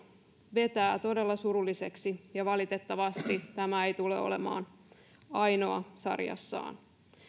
vetää todella surulliseksi ja valitettavasti tämä ei tule olemaan ainoa sarjassaan